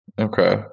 okay